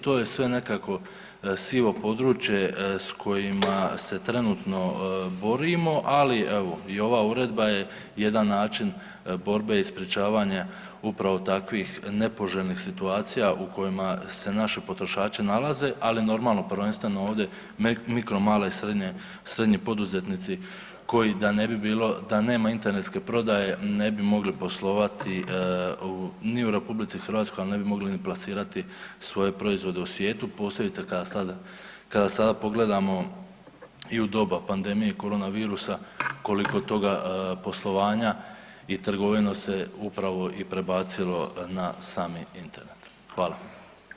To je sve nekako sivo područje s kojima se trenutno borimo, ali evo i ova uredba je jedan način borbe i sprječavanja upravo takvih nepoželjnih situacija u kojima se naši potrošači nalaze, ali normalno prvenstveno ovdje mikro, male i srednje, srednji poduzetnici koji da ne bi bilo, da ne bi bilo internetske prodaje ne bi mogli poslovati ni u RH, ali ne bi mogli ni plasirati svoje proizvode u svijetu, posebice kada sada, kada sada pogledamo i u doba pandemije i koronavirusa koliko toga poslovanja i trgovinu se upravo i prebacilo na sami Internet.